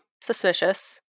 Suspicious